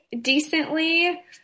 decently